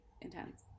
intense